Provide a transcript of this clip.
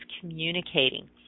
communicating